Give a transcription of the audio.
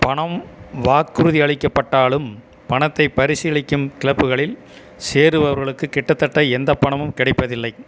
பணம் வாக்குறுதியளிக்கப்பட்டாலும் பணத்தை பரிசளிக்கும் கிளப்புகளில் சேர்பவர்களுக்கு கிட்டத்தட்ட எந்த பணமும் கிடைப்பதில்லை